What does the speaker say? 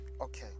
Okay